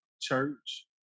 church